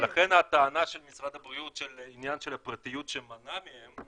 ולכן הטענה של משרד הבריאות שעניין של הפרטיות שמנע מהם,